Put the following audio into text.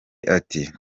ati